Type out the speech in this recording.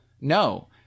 No